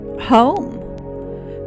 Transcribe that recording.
home